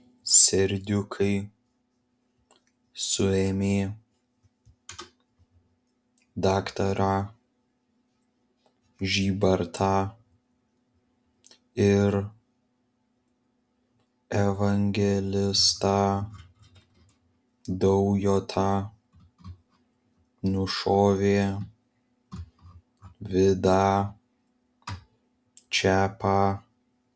serdiukai suėmė daktarą žybartą ir evangelistą daujotą nušovė vidą čepą